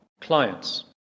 clients